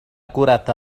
كرة